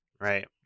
Right